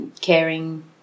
caring